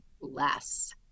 less